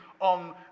on